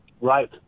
Right